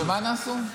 שמה נעשו?